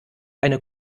eine